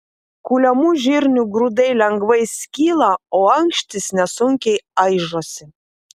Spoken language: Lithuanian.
kuliamų žirnių grūdai lengvai skyla o ankštys nesunkiai aižosi